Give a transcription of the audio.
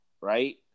right